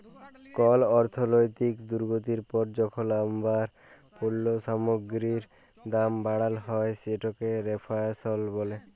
call অর্থলৈতিক দুর্গতির পর যখল আবার পল্য সামগ্গিরির দাম বাড়াল হ্যয় সেটকে রেফ্ল্যাশল ব্যলে